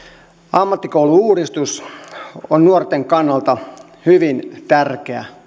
ammattikoulu uudistus on nuorten kannalta hyvin tärkeä